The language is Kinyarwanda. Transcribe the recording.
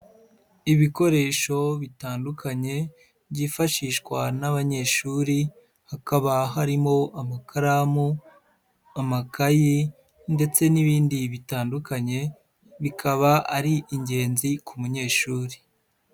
Ibikoresho bitandukanye byifashishwa n'abanyeshuri hakaba harimo amakaramu, amakayi ndetse n'ibindi bitandukanye bikaba ari ingenzi ku munyeshuri.